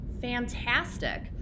Fantastic